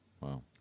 Wow